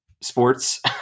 sports